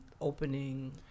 opening